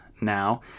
now